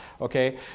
okay